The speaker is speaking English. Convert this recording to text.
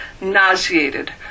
nauseated